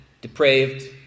depraved